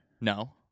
No